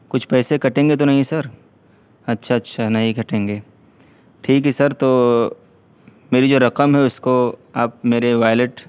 کچھ پیسے کٹیں گے تو نہیں سر اچھا اچھا نہیں کٹیں گے ٹھیک ہے سر تو میری جو رقم ہے اس کو آپ میرے وائلیٹ